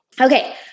Okay